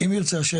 אם ירצה השם,